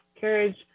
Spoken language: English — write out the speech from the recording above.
carriage